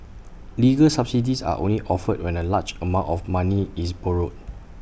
legal subsidies are only offered when A large amount of money is borrowed